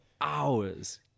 hours